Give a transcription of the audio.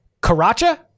Karacha